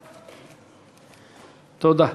תודה.